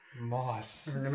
Moss